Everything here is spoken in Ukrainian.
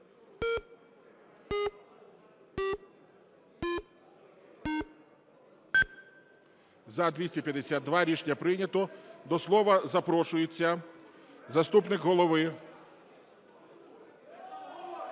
За-252 Рішення прийнято. До слова запрошується заступник голови…